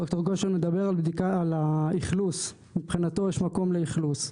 ד"ר גושן מדבר על האכלוס, מבחינתו יש מקום לאכלוס,